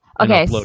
okay